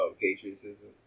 patriotism